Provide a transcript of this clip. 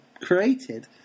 created